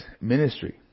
ministry